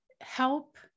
help